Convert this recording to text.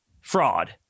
fraud